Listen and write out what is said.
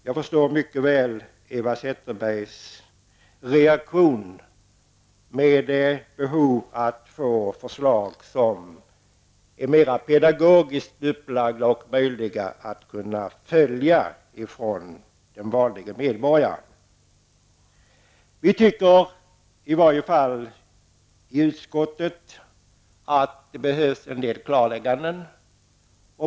Jag förstår mycket väl Eva Zetterbergs reaktion med behov av att få förslag som är mera pedagogiskt upplagda och möjliga att följa för den vanlige medborgaren. Vi tycker, i varje fall i utskottet, att det behövs en del klarlägganden.